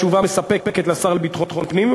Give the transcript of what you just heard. תשובה מספקת לשר לביטחון פנים,